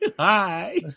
Hi